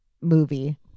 movie